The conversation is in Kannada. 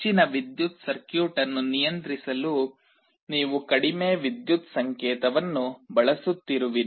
ಹೆಚ್ಚಿನ ವಿದ್ಯುತ್ ಸರ್ಕ್ಯೂಟ್ ಅನ್ನು ನಿಯಂತ್ರಿಸಲು ನೀವು ಕಡಿಮೆ ವಿದ್ಯುತ್ ಸಂಕೇತವನ್ನು ಬಳಸುತ್ತಿರುವಿರಿ